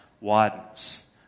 widens